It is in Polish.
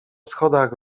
schodach